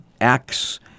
acts